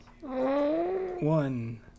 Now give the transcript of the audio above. One